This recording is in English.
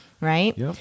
Right